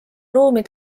ruumi